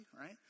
right